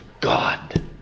God